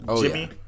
Jimmy